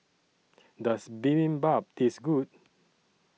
Does Bibimbap Taste Good